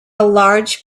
large